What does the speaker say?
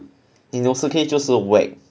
inosuke 就是 wack